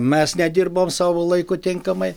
mes nedirbom savo laiku tinkamai